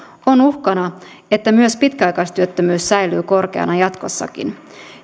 on uhkana että myös pitkäaikaistyöttömyys säilyy korkeana jatkossakin